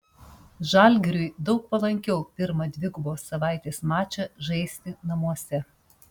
žalgiriui daug palankiau pirmą dvigubos savaitės mačą žaisti namuose